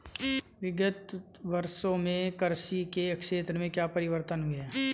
विगत वर्षों में कृषि के क्षेत्र में क्या परिवर्तन हुए हैं?